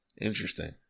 Interesting